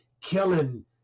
killing